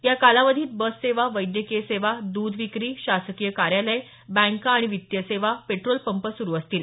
या कालावधीत बससेवा वैद्यकीय सेवा द्ध विक्री शासकीय कार्यालय बँका आणि वित्तीय सेवा पेट्रोल पंप सुरू असतील